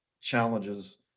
challenges